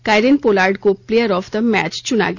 Kieron Pollard को player of the match चुना गया